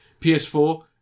PS4